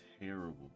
terrible